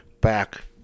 back